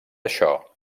això